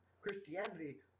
Christianity